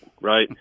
right